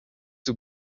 too